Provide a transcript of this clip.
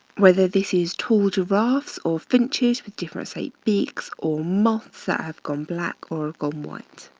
whether this is tall giraffes or finches with different, say beaks or moths that have gone black or gone white.